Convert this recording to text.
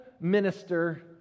minister